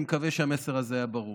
אני מקווה שהמסר הזה היה ברור.